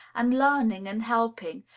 and learning and helping,